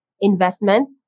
investment